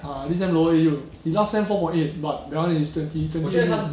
ah this sem lower A_U if last sem four point eight but that [one] is twenty twenty A_U